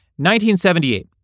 1978